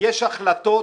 יש החלטות